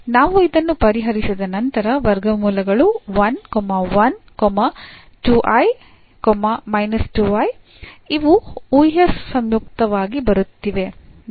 ನಾವು ಇದನ್ನು ಪರಿಹರಿಸಿದ ನಂತರ ವರ್ಗಮೂಲಗಳು ಇವು ಊಹ್ಯ ಸಂಯುಕ್ತವಾಗಿ ಬರುತ್ತಿವೆ